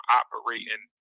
operating